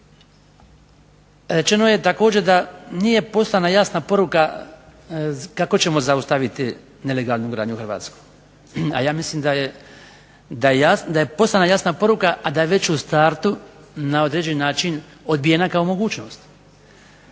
Rečeno je također da nije poslana jasna poruka kako ćemo zaustaviti nelegalnu gradnju u Hrvatskoj. A ja mislim da je poslana jasna poruka a da je već u startu na određeni način odbijena kao mogućnost.